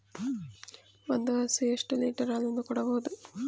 ಒಂದು ಹಸು ಎಷ್ಟು ಲೀಟರ್ ಹಾಲನ್ನು ಕೊಡಬಹುದು?